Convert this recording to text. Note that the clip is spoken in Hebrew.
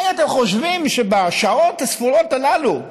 האם אתם חושבים שבשעות הספורות הללו,